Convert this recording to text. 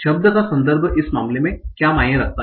शब्द का संदर्भ इस मामले में क्या मायने रखता है